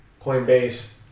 Coinbase